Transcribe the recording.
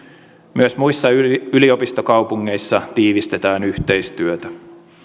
myös muissa yliopistokaupungeissa tiivistetään yhteistyötä